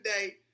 today